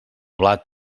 blat